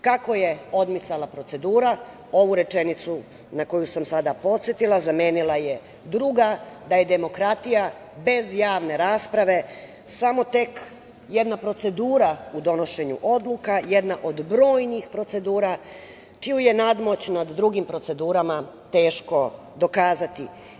Kako je odmicala procedura ovu rečenicu, na koju sam sada podsetila, zamenila je druga – da je demokratija bez javne rasprave samo tek jedna procedura u donošenju odluka, jedna od brojnih procedura čiju je nadmoć nad drugim procedurama teško dokazati.